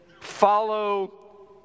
follow